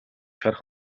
шарх